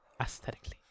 Aesthetically